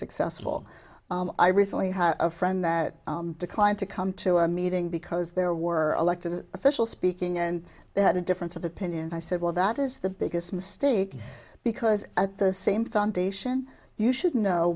successful i recently had a friend that declined to come to our meeting because there were elected officials speaking and they had a difference of opinion i said well that is the biggest mistake because at the same foundation you should know